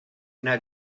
yna